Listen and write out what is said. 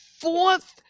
fourth